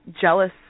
jealous